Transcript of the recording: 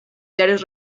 diarios